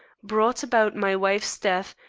brought about my wife's death,